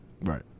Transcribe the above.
Right